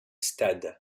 stade